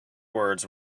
words